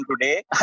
today